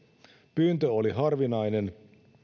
pyyntö oli harvinainen